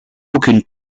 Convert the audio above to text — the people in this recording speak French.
aucune